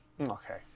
Okay